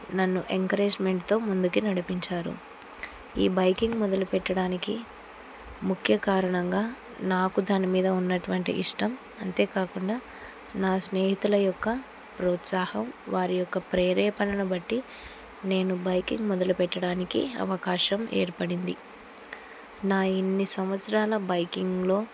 నన్ను ఎంకరేజ్మెంట్తో ముందుకు నడిపించారు ఈ బైకింగ్ మొదలుపెట్టడానికి ముఖ్య కారణంగా నాకు దానిమీద ఉన్నటువంటి ఇష్టం అంతేకాకుండా నా స్నేహితుల యొక్క ప్రోత్సాహం వారి యొక్క ప్రేరణను బట్టి నేను బైకింగ్ మొదలుపెట్టడానికి అవకాశం ఏర్పడింది నా ఇన్ని సంవత్సరాల బైకింగ్లో